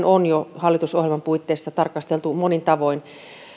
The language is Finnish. on jo hallitusohjelman puitteissa tarkasteltu monin tavoin